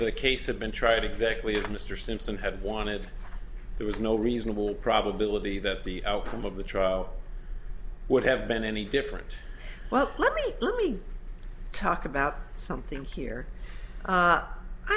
the case have been tried exactly as mr simpson had wanted there was no reasonable probability that the outcome of the trial would have been any different well let me only talk about something here